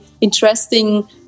interesting